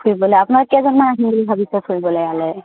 ফুৰিবলৈ আপোনালোক কেইজনমান আহিম বুলি ভাবিছে ফুৰিবলৈ ইয়ালৈ